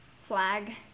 flag